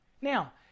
Now